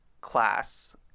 class